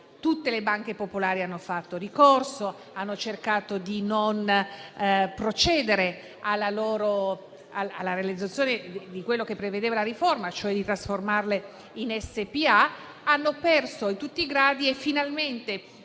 Tutte le banche popolari hanno fatto ricorso e hanno cercato di non procedere alla realizzazione di quello che prevedeva la riforma, cioè trasformarle in SpA, hanno perso in tutti i gradi e finalmente,